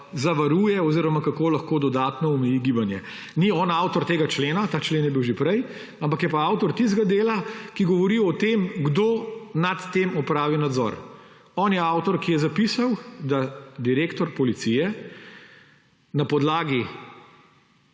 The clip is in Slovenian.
zavaruje oziroma kako lahko dodatno omeji gibanje. Ni on avtor tega člena, ta člen je bil že prej, ampak je pa avtor tistega dela, ki govori o tem, kdo nad tem opravi nadzor. On je avtor, ki je zapisal, da direktor policije na podlagi